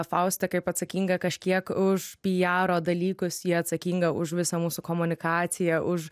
fausta kaip atsakinga kažkiek už pijaro dalykus ji atsakinga už visą mūsų komunikaciją už